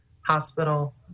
Hospital